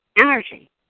energy